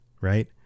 Right